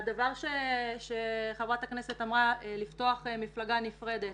והדבר שחברת הכנסת אמרה לפתוח מפלגה נפרדת.